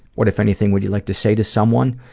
what, if anything, would you like to say to someone?